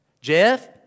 Jeff